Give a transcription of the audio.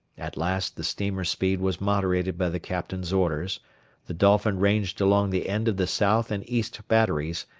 at last the steamer's speed was moderated by the captain's orders the dolphin ranged along the end of the south and east batteries,